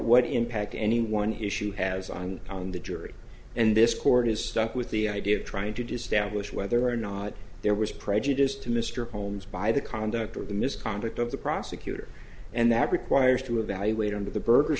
what impact any one issue has i'm on the jury and this court is stuck with the idea of trying to disturb with whether or not there was prejudice to mr holmes by the conduct or the misconduct of the prosecutor and that requires to evaluate under the berger